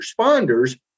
responders